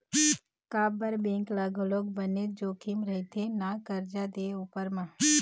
काबर बेंक ल घलोक बनेच जोखिम रहिथे ना करजा दे उपर म